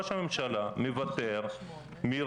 דבר שני --- לא ירדתם.